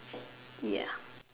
ya